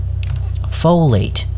folate